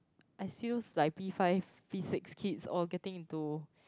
I see those like P five P six kids all getting into